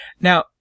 Now